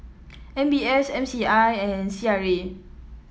M B S M C I and C R A